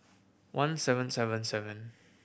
one seven seven seven